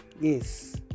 Yes